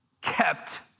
kept